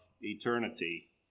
eternity